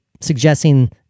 suggesting